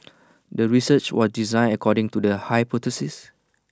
the research was designed according to the hypothesis